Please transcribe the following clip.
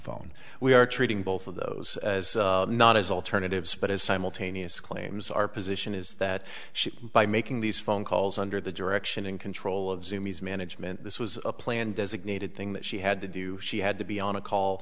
phone we are treating both of those as not as alternatives but as simultaneous claims our position is that she by making these phone calls under the direction and control of zoom is management this was a planned designated thing that she had to do she had to be on a call